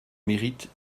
mérite